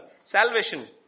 Salvation